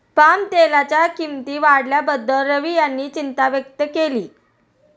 पामतेलाच्या किंमती वाढल्याबद्दल रवी यांनी चिंता व्यक्त केली